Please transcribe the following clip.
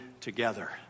together